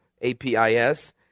A-P-I-S